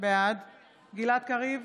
בעד גלעד קריב,